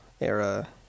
era